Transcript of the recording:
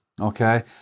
Okay